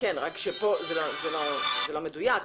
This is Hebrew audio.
זה לא מדויק.